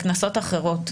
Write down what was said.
בכנסות אחרות.